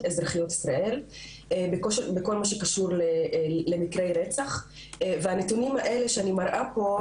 אזרחיות ישראל בכל מה שקשור למקרי רצח והנתונים שאני מראה פה,